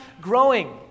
growing